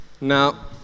Now